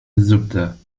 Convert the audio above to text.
الزبدة